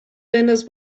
بنداز